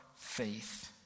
faith